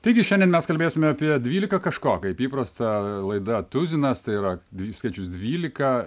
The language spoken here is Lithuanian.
taigi šiandien mes kalbėsime apie dvylika kažko kaip įprasta laida tuzinas tai yra dvi skaičius dvylika